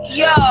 yo